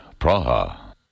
Praha